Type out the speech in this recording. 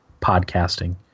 podcasting